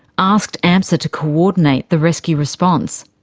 asked amsa to coordinate the rescue response.